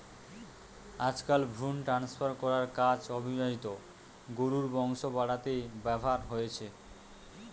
আজকাল ভ্রুন ট্রান্সফার করার কাজ অভিজাত গরুর বংশ বাড়াতে ব্যাভার হয়ঠে